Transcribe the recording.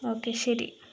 okay ശരി